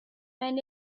men